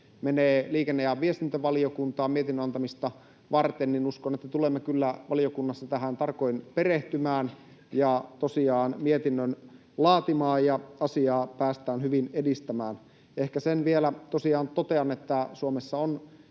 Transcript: menee liikenne- ja viestintävaliokuntaan mietinnön antamista varten. Uskon, että tulemme kyllä valiokunnassa tähän tarkoin perehtymään ja tosiaan mietinnön laatimaan ja asiaa päästään hyvin edistämään. Ehkä sen vielä totean, että Suomessa on